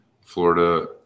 Florida